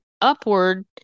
upward